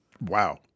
Wow